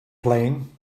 playing